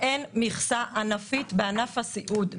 אין מכסה ענפית בענף הסיעוד.